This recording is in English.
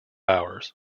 hours